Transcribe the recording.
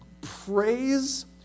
praise